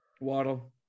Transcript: Waddle